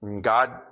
God